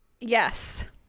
Yes